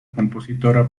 compositora